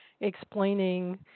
explaining